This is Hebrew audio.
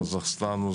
קזחסטן,